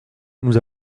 nous